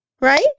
Right